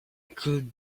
could